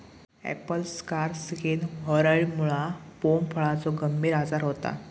Apple scar skin व्हायरॉइडमुळा पोम फळाचो गंभीर आजार होता